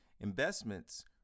investments